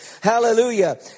hallelujah